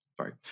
sorry